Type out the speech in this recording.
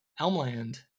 Elmland